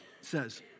says